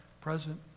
present